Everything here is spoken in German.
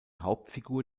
hauptfigur